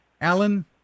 Alan